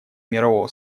мирового